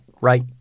right